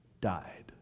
died